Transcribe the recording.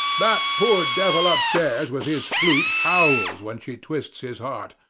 that poor devil upstairs with his flute howls when she twists his heart,